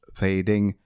fading